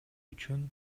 үчүн